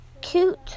cute